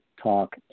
talk